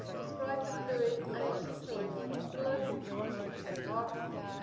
described the fluid and as she saw it, even global function of this archive.